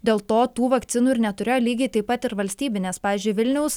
dėl to tų vakcinų ir neturėjo lygiai taip pat ir valstybinės pavyzdžiui vilniaus